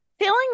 feeling